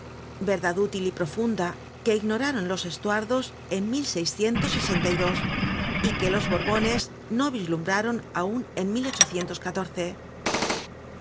verdad útil y profunda que ignoraron losestuardos en y que los borbones no vislumbraron aun en